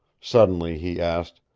suddenly he asked,